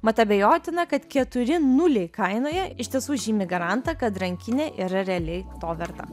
mat abejotina kad keturi nuliai kainoje iš tiesų žymi garantą kad rankinė yra realiai to verta